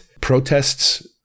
protests